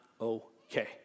okay